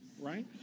right